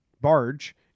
barge